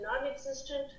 non-existent